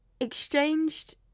exchanged